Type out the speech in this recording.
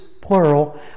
plural